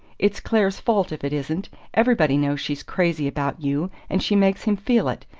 it's clare's fault if it isn't. everybody knows she's crazy about you, and she makes him feel it.